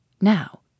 Now